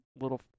little